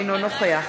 אינו נוכח